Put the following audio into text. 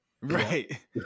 right